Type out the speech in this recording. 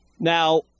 Now